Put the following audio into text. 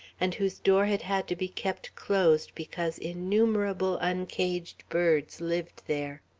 and whose door had had to be kept closed because innumerable uncaged birds lived there.